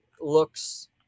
looks